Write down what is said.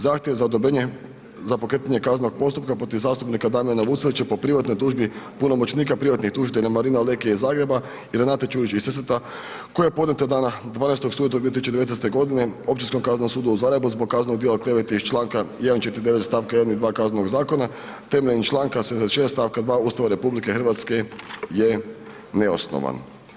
Zahtjev za odobrenje za pokretanje kaznenog postupka protiv zastupnika Damjana Vucelića po privatnoj tužbi punomoćnika privatnih tužitelja Marina Leke iz Zagreba i Renate Čujić iz Sesveta koja je podnijeta dana 12. studenog 2019. godine Općinskom kaznenom sudu u Zagrebu zbog kaznenog djela klevete iz Članka 149. stavka 1. i 2. Kaznenog zakona temeljem Članka 76. stavka 2. Ustava RH je neosnovan.